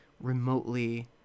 remotely